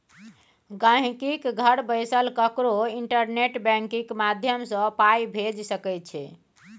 गांहिकी घर बैसल ककरो इंटरनेट बैंकिंग माध्यमसँ पाइ भेजि सकै छै